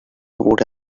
would